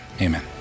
Amen